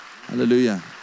Hallelujah